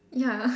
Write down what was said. ya